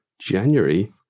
January